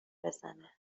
بزنه